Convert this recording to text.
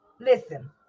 Listen